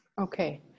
okay